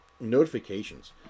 notifications